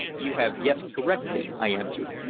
you have guessed correctly, i answered.